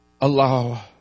allow